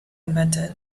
invented